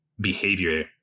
behavior